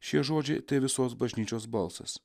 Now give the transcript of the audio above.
šie žodžiai tai visos bažnyčios balsas